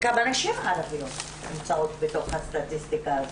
כמה נשים ערביות נמצאות בתוך הסטטיסטיקה הזו?